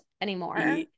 anymore